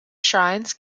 shrines